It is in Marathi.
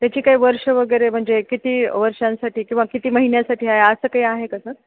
त्याची काही वर्ष वगैरे म्हणजे किती वर्षांसाठी किंवा किती महिन्यासाठी हा आहे असं काही आहे का सर